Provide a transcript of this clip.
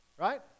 Right